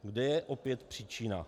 Kde je opět příčina?